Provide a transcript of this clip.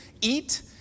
Eat